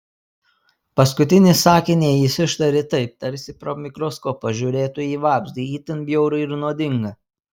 paskutinį sakinį jis ištarė taip tarsi pro mikroskopą žiūrėtų į vabzdį itin bjaurų ir nuodingą